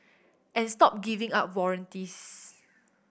and stop giving out warranties